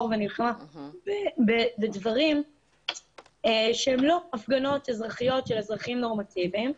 ונלחמה בדברים שהם לא הפגנות אזרחיות של אזרחים נורמטיביים.